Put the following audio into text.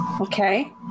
Okay